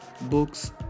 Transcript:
books